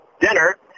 dinner